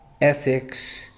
ethics